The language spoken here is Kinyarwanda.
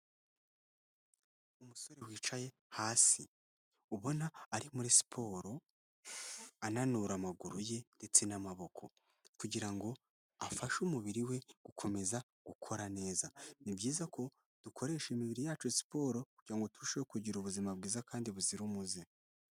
Umusore wicaye hasi ubona ari muri siporo, ananura amaguru ye ndetse n'amaboko kugira ngo afashe umubiri we gukomeza gukora neza. Ni byiza ko dukoresha imibiri yacu siporo kugirango ngo turusheho kugira ubuzima bwiza kandi buzira umuze.